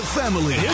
family